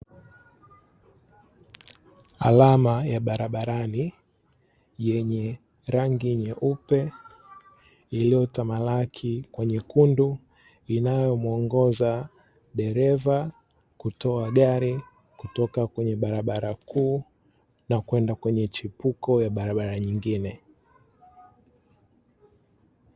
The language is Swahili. Alama ya barabarani yenye rangi nyeupe, iliyotamalaki kwa nyekundu, inayomuongoza dereva kutoa gari kutoka kwenye barabara kuu na kwenda kwenye chipuko ya barabara nyingine.